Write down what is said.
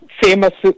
famous